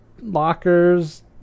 lockers